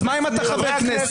אז מה אם אתה חבר כנסת?